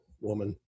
woman